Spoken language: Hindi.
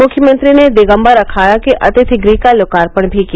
मुख्यमंत्री ने दिगम्बर अखाड़ा के अतिथिगृह का लोकार्पण भी किया